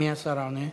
מי השר העונה?